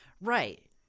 Right